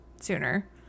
sooner